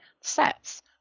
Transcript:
sets